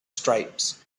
stripes